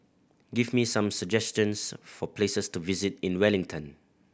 give me some suggestions for places to visit in Wellington